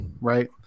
right